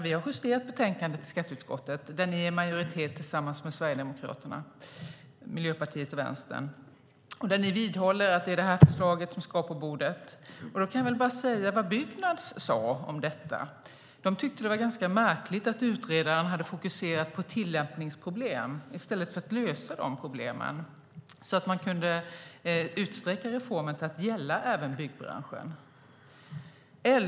Vi har justerat betänkandet i skatteutskottet, där ni är i majoritet tillsammans med Sverigedemokraterna, Miljöpartiet och Vänstern, och där vidhåller ni att det är det här förslaget som ska upp på bordet. Då kan jag bara säga vad Byggnads sade om detta. De tyckte att det var ganska märkligt att utredaren hade fokuserat på tillämpningsproblem i stället för att lösa problemen så att man kunde utsträcka reformen till att gälla även byggbranschen.